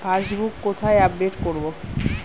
Passbook কোথায় update করব?